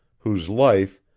whose life,